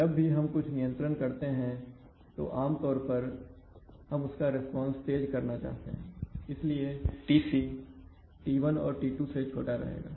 जब भी हम कुछ नियंत्रण करते हैं तो आमतौर पर हम उसका रिस्पांस तेज करना चाहते हैं इसलिए Tc t1 और t2 से छोटा रहेगा